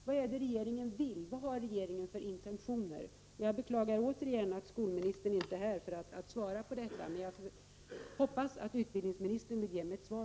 Vad är det regeringen vill? Vad har regeringen för intentioner? Jag beklagar återigen att skolministern inte är här för att svara på dessa frågor, men jag hoppas att utbildningsministern vill ge mig ett svar.